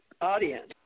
audience